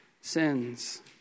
sins